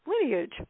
Lineage